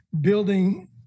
building